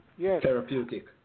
Therapeutic